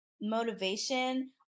motivation